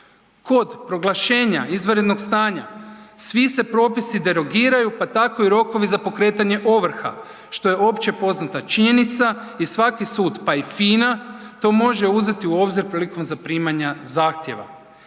Kod proglašenja izvanrednog stanja, svi se propisi derogiraju pa tako i rokovi za pokretanje ovrha što je opće poznata činjenica i svaki sud pa i FINA to može uzeti u obzir prilikom zaprimanja zahtjeva.